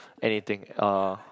anything uh